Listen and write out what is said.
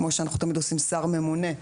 כמו שאנחנו תמיד עושים שר ממונה,